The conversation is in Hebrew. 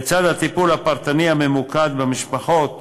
לצד הטיפול הפרטני הממוקד במשפחות,